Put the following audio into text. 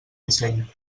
disseny